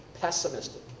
pessimistic